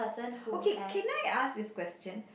okay can I ask this question